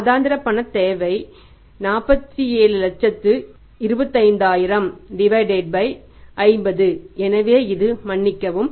மாதாந்திர பணத் தேவை 472500050 எனவே இது மன்னிக்கவும்